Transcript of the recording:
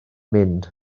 mynd